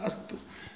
अस्तु